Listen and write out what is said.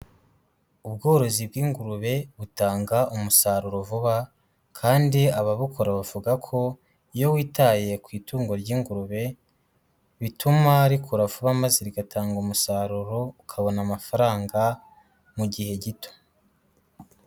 Ubworozi bw'ingurube butanga umusaruro vuba kandi ababukora bavuga ko iyo witaye ku itungo ry'ingurube bituma rikura vuba maze rigatanga umusaruro, ukabona amafaranga mu gihe gito.